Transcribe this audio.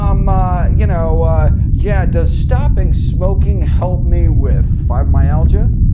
um ah you know yeah does stopping smoking help me with fibromyalgia?